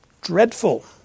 dreadful